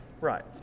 Right